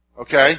Okay